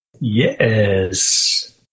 Yes